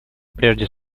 прежде